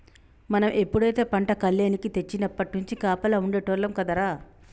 మనం ఎప్పుడైతే పంట కల్లేనికి తెచ్చినప్పట్నుంచి కాపలా ఉండేటోల్లం కదరా